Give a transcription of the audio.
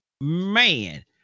man